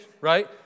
right